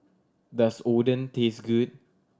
does Oden taste good